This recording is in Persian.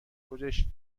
خودش